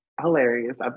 hilarious